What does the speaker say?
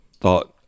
thought